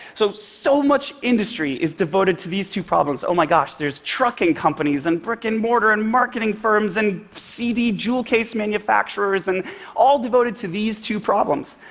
so, so much industry is devoted to these two problems. oh my gosh, there are trucking companies, and brick-and-mortar and marketing firms, and cd jewel case manufacturers, and all devoted to these two problems.